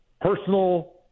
personal